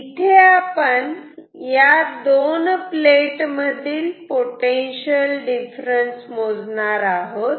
इथे आपण या दोन प्लेट मधील पोटेन्शिअल डिफरन्स मोजणार आहोत